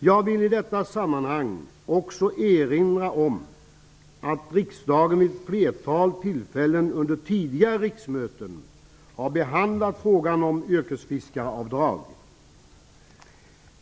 Jag vill i detta sammanhang också erinra om att riksdagen vid ett flertal tillfällen under tidigare riksmöten har behandlat frågan om yrkesfiskaravdrag.